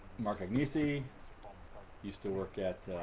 mark agnesi used to work at